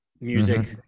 music